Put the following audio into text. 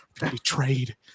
betrayed